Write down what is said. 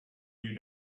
you